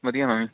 ਵਧੀਆ ਹਮ